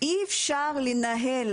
זה אירוע חירום.